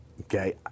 Okay